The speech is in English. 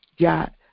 got